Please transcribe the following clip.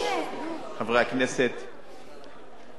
חברי הכנסת,